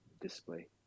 display